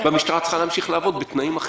והמשטרה תצטרך להמשיך לעבוד בתנאים אחרים.